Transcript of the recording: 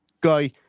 guy